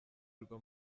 rwo